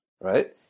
right